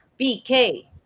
BK